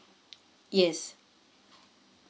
yes